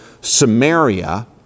Samaria